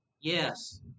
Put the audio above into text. Yes